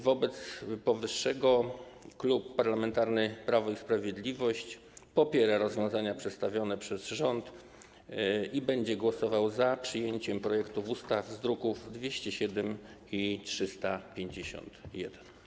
Wobec powyższego Klub Parlamentarny Prawo i Sprawiedliwość popiera rozwiązania przedstawione przez rząd i będzie głosował za przyjęciem projektów ustaw z druków nr 207 i 351.